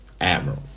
Admiral